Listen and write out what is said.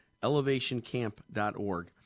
ElevationCamp.org